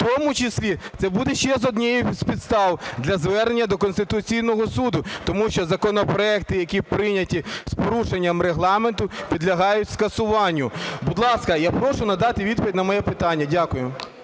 В тому числі це буде ще однією з підстав для звернення до Конституційного Суду. Тому що законопроекти, які прийняті з порушенням Регламенту, підлягають скасуванню. Будь ласка, я прошу надати відповідь на моє питання. Дякую.